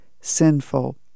sinful